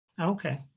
Okay